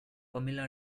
pamela